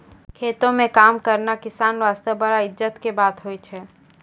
खेतों म काम करना किसान वास्तॅ बड़ा इज्जत के बात होय छै